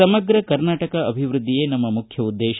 ಸಮಗ್ರ ಕರ್ನಾಟಕ ಅಭಿವೃದ್ಧಿಯೇ ನಮ್ಮ ಮುಖ್ಯ ಉದ್ದೇಶ